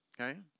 Okay